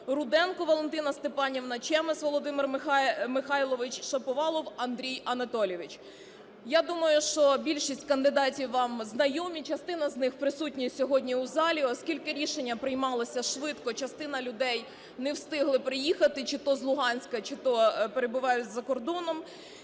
Руденко Валентина Степанівна, Чемес Володимир Михайлович, Шаповалов Андрій Анатолійович. Я думаю, що більшість кандидатів вам знайомі, частина з них присутні сьогодні у залі. Оскільки рішення приймалося швидко, частина людей не встигли приїхати чи то з Луганську, чи то перебувають за кордоном.